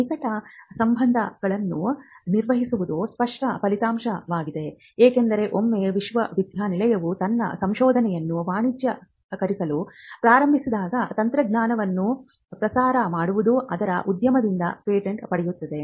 ನಿಕಟ ಸಂಬಂಧಗಳನ್ನು ನಿರ್ಮಿಸುವುದು ಸ್ಪಷ್ಟ ಫಲಿತಾಂಶವಾಗಿದೆ ಏಕೆಂದರೆ ಒಮ್ಮೆ ವಿಶ್ವವಿದ್ಯಾಲಯವು ತನ್ನ ಸಂಶೋಧನೆಯನ್ನು ವಾಣಿಜ್ಯೀಕರಿಸಲು ಪ್ರಾರಂಭಿಸಿದಾಗ ತಂತ್ರಜ್ಞಾನವನ್ನು ಪ್ರಚಾರ ಮಾಡುವುದು ಅದರ ಉದ್ಯಮದಿಂದ ಪೇಟೆಂಟ್ ಪಡೆಯುತ್ತದೆ